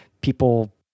people